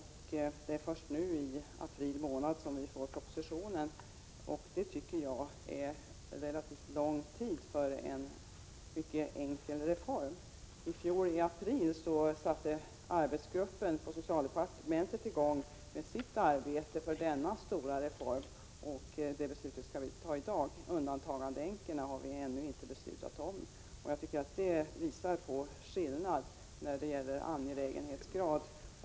Men det är först nu i april månad som vi får propositionen. Det tycker jag är relativt lång tid för en mycket enkel reform. I fjol i april satte arbetsgruppen på socialdepartementet i gång med sitt arbete på denna stora reform. Det beslutet skall vi fatta efter denna debatt. Beslutet om undantagandeänkorna är ännu inte aktuellt. Det tycker jag visar på skillnaden i angelägenhetsgrad.